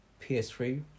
PS3